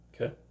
Okay